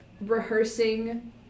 rehearsing